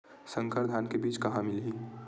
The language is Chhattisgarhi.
संकर धान के बीज कहां मिलही?